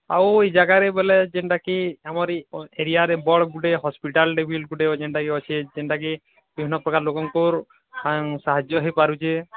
ଆଉ ଇ ଜାଗାରେ ବୋଲେ ଯେନ୍ଟା କି ଆମରି ଏ ଏରିଆରେ ବଡ଼ ଗୁଟେ ହସ୍ପିଟାଲ୍ ଯେନ୍ଟାକି ବିଭିନ୍ ପ୍ରକାର୍ ଲୋକୋଙ୍କୁର ସାହାଯ୍ୟ ହେଇପାରୁଚେଁ